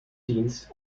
dienst